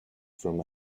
from